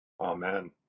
Amen